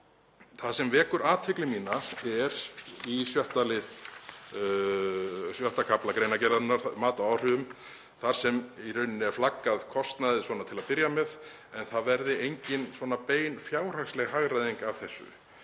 Það sem vekur athygli mína er í 6. kafla greinargerðarinnar, Mat á áhrifum, þar sem í rauninni er flaggað kostnaði svona til að byrja með en það verði engin bein fjárhagsleg hagræðing af þessu.